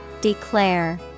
Declare